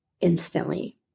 instantly